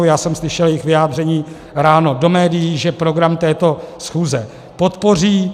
Já jsem slyšel jejich vyjádření ráno do médií, že program této schůze podpoří.